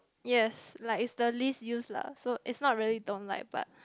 yes like is the least use lah so is not really don't like but